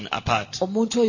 apart